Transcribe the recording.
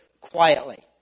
quietly